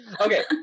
Okay